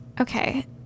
Okay